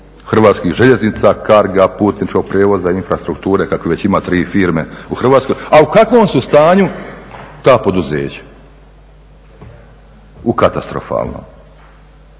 Hrvatskih željeznica, Cargoa, Putničkog prijevoza i infrastrukture kako već ima tri firme u Hrvatskoj. A u kakvom su stanju ta poduzeća? U katastrofalnom.